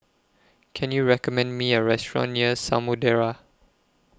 Can YOU recommend Me A Restaurant near Samudera